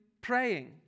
praying